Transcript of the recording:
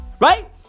Right